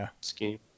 scheme